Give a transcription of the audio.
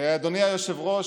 אדוני היושב-ראש,